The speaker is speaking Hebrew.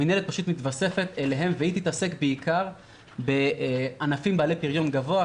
המנהלת פשוט מתווספת אליהם והיא תתעסק בעיקר בענפים בעלי פריון גבוה,